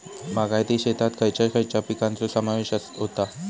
बागायती शेतात खयच्या खयच्या पिकांचो समावेश होता?